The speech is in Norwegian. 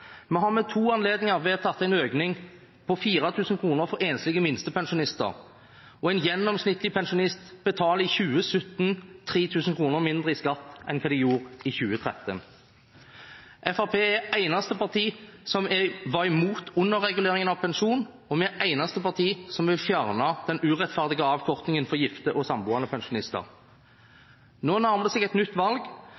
Vi har ved to anledninger vedtatt en økning på 4 000 kr for enslige minstepensjonister. En gjennomsnittlig pensjonist betaler i 2017 3 000 kr mindre i skatt enn hva han/hun gjorde i 2013. Fremskrittspartiet er det eneste partiet som var imot underreguleringen av pensjonen, og vi er det eneste partiet som vil fjerne den urettferdige avkortingen for gifte og samboende pensjonister.